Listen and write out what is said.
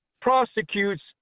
prosecutes